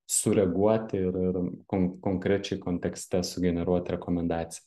sureaguoti ir ir kon konkrečiai kontekste sugeneruot rekomendaciją